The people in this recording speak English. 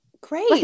great